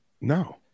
No